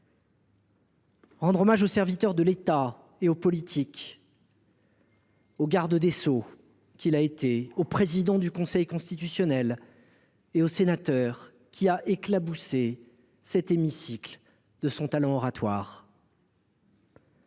rendre hommage au serviteur de l’État et au politique : au garde des sceaux qu’il a été, au président du Conseil constitutionnel et au sénateur qui a éclaboussé cet hémicycle de son talent oratoire.